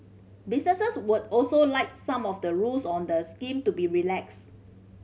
businesses would also like some of the rules on the scheme to be relaxed